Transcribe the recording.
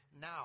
Now